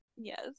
Yes